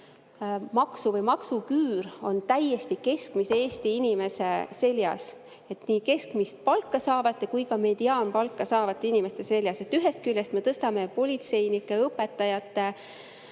maksuküür on täiesti keskmise Eesti inimese seljas, nii keskmist palka saavate kui ka mediaanpalka saavate inimeste seljas. Ühest küljest me tõstame politseinike, õpetajate